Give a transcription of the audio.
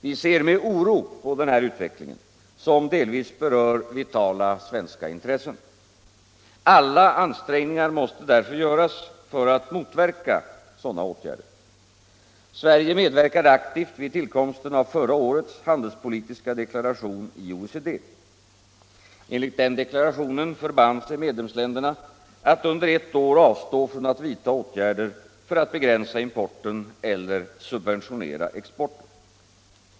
Vi ser med oro på denna utveckling, som delvis berör vitala svenska intressen. Alla ansträngningar måste därför göras för att motverka sådana åtgärder. Sverige medverkade aktivt vid tillkomsten av förra årets handelspolitiska deklaration i OECD. Enligt denna deklaration förband sig medlemsländerna att under ett år avstå från att vidta åtgärder för att begränsa importen eller subventionera exporten.